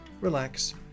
relax